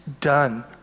Done